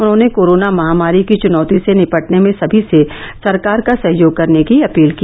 उन्होंने कोरोना महामारी की चुनौती से निपटने में सभी से सरकार का सहयोग करने की अपील की